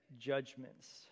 judgments